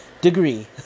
degree